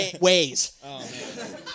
ways